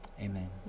Amen